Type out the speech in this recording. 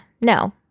no